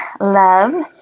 love